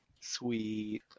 Sweet